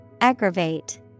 Aggravate